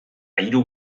hiru